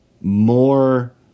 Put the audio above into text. more